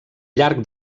llarg